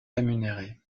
rémunéré